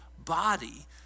body